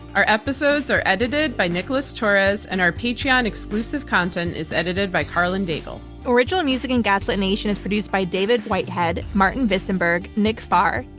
our episodes are edited by nicholas torres and our patreon exclusive content is edited by karlyn daigle. original music in gaslit nation is produced by david whitehead, martin visonberg, nick farr,